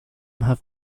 have